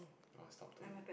or stop totally